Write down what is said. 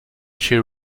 she